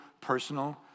personal